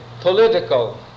political